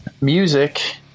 music